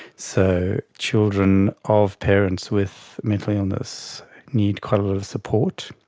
so children of parents with mental illness need quite a lot of support.